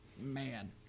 Man